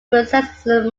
possesses